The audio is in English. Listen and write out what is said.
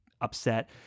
upset